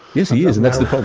yes, he is, and that's the but